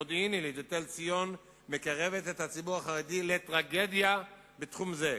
מודיעין-עילית ותל-ציון מקרב את הציבור החרדי לטרגדיה בתחום זה.